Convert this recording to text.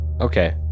okay